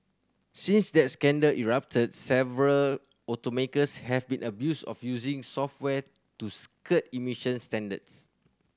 since that scandal erupted several automakers have been abused of using software to skirt emissions standards